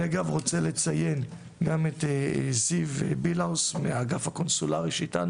אני אגב רוצה לציין גם את זיו בילאוס מהאגף הקונסולרי שאתנו,